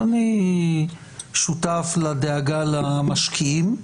אז אני שותף לדאגה למשקיעים,